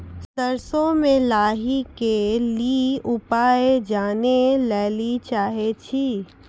सरसों मे लाही के ली उपाय जाने लैली चाहे छी?